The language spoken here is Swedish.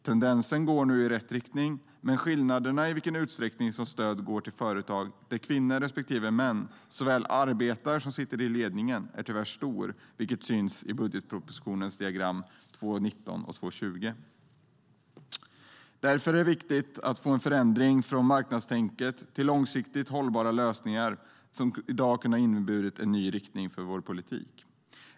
Tendensen går nu i rätt riktning, men skillnaderna när det gäller i vilken utsträckning stödet går till företag där kvinnor respektive män såväl arbetar som sitter i ledningen är tyvärr stora. Det syns i budgetpropositionens diagram 2.19 och 2.20.Därför är det viktigt att få en förändring från marknadstänk till långsiktigt hållbara lösningar, vilket i dag kunde ha inneburit en ny riktning för vår politik.